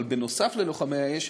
אבל נוסף על לוחמי האש,